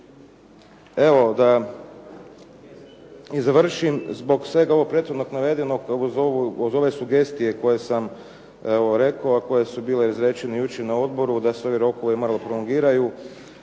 Evo, da i završim, zbog svega ovog prethodno navedenog, uz ove sugestije koje sam evo rekao, a koje su bile izrečene jučer na odboru da su ovi rokovi malo prolongiraju